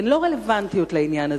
הן לא רלוונטיות לעניין הזה,